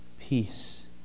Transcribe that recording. peace